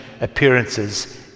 appearances